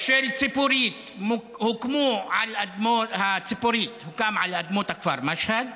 של ציפורית הוקמו על אדמות הכפר משהד,